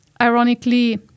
ironically